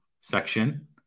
section